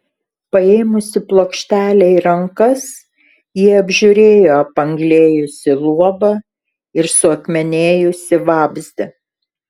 paėmusi plokštelę į rankas ji apžiūrėjo apanglėjusį luobą ir suakmenėjusį vabzdį